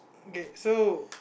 K so